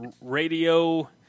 radio